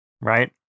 right